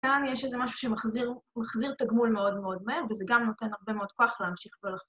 ‫גם יש איזה משהו שמחזיר, מחזיר ‫את הגמול מאוד מאוד מהר, ‫וזה גם נותן הרבה מאוד כוח ‫להמשיך בלח...